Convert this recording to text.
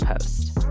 Post